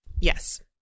Yes